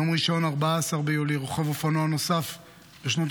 ביום ראשון 14 ביולי רוכב אופנוע נוסף בשנות